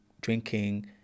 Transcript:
drinking